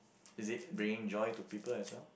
is it bringing joy to people as well